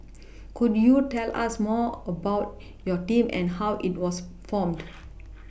could you tell us more about your team and how it was formed